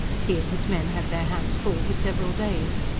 he and his men had their hands full for several days,